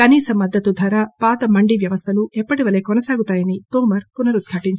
కనీస మద్దతు ధర పాత మండి వ్యవస్థలు ఎప్పటివలే కొనసాగుతాయని తోమర్ పునరుద్ఘాటించారు